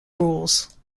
rules